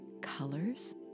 colors